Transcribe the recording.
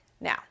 Now